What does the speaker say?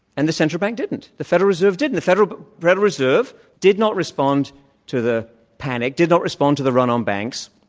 and the central bank didn't. the federal reserve didn't. the federal but did not respond to the panic, did not respond to the run on banks,